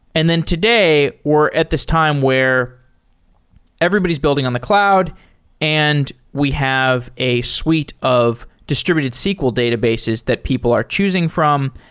and then today, we're at this time where everybody is building on the cloud and we have a suite of distributed sql databases that people are choosing from.